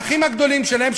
האחים הגדולים שלהם,